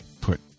put